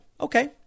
Okay